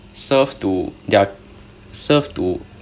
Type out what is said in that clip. serve to their serve to